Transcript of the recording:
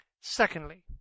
Secondly